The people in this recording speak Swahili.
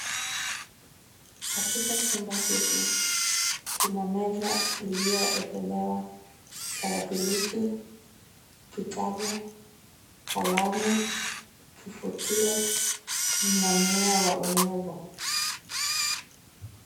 Katika chumba hiki, kuna meza iliyowekelewa tarakilishi, kitabu, kalamu, kifutio na mmea wa unyevu.